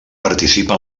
participa